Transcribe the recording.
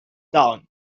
down